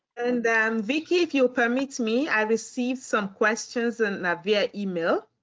and then vickie, if you permit me, i received some questions and and via email.